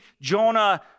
Jonah